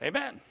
Amen